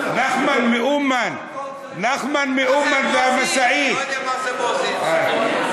נחמן מאומן, נחמן מאומן והמשאית, מה זה המואזין?